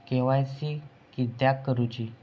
KYC किदयाक करूची?